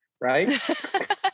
right